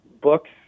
books